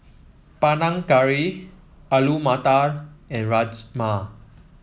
Panang Curry Alu Matar and Rajma